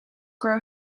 grow